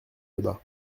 débat